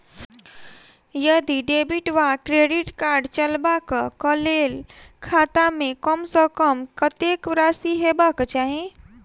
यदि डेबिट वा credit card चलबाक कऽ लेल खाता मे कम सऽ कम कत्तेक राशि हेबाक चाहि?